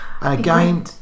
Again